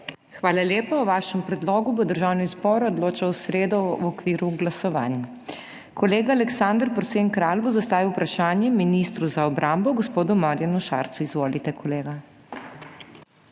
Hvala lepa. O vašem predlogu bo Državni zbor odločal v sredo v okviru glasovanj. Kolega Aleksander Prosen Kralj bo zastavil vprašanje ministru za obrambo, gospodu Marjanu Šarcu. Izvolite, kolega.